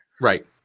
Right